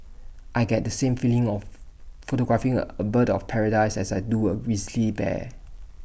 I get the same feeling of photographing A a bird of paradise as I do A grizzly bear